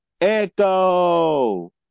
Echo